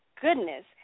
goodness